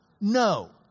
No